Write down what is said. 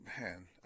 man